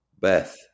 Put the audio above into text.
Beth